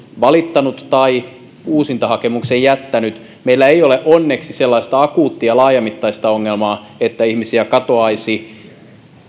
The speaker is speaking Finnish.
valittanut tai uusintahakemuksen jättänyt meillä onneksi ei ole sellaista akuuttia laajamittaista ongelmaa että ihmisiä katoaisi